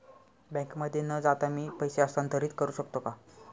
बँकेमध्ये न जाता मी पैसे हस्तांतरित करू शकतो का?